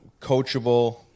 coachable